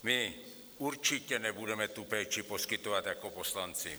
My určitě nebudeme tu péči poskytovat jako poslanci.